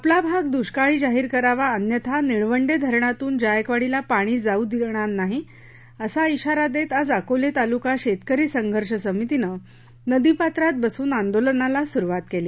आपला भाग दुष्काळी जाहीर करावा अन्यथा निळवंडे धरणातून जायकवाडीला पाणी जाऊ देणार नाही असा इशारा देत आज अकोले तालुका शेतकरी संघर्ष समितीने नदीपात्रात बसून आंदोलनाला सुरुवात केली